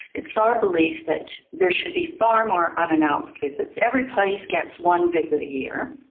it's our belief that there should be far more unannounced visits. every place gets one visit a year,